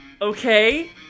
Okay